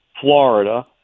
Florida